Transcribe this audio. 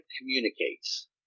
communicates